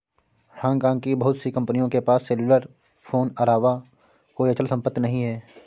Hong Kong की बहुत सी कंपनियों के पास सेल्युलर फोन अलावा कोई अचल संपत्ति नहीं है